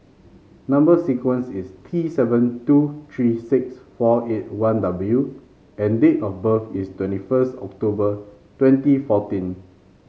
number sequence is T seven two three six four eight one W and date of birth is twenty first October twenty fourteen